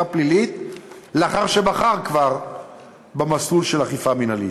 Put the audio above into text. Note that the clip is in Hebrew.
פלילית לאחר שבחר כבר במסלול של אכיפה מינהלית,